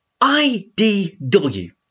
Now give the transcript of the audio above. IDW